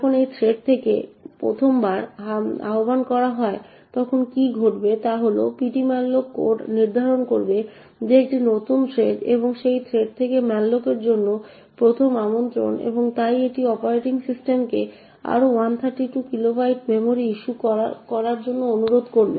যখন এই থ্রেড থেকে malloc 1ম বারের জন্য আহ্বান করা হয় তখন কী ঘটবে তা হল ptmalloc কোড নির্ধারণ করবে যে এটি একটি নতুন থ্রেড এবং সেই থ্রেড থেকে malloc এর জন্য এটি 1ম আমন্ত্রণ এবং তাই এটি অপারেটিং সিস্টেমকে আরও 132 কিলোবাইট মেমরিইস্যু করার জন্য অনুরোধ করবে